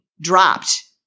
dropped